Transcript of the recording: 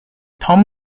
tom